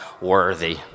worthy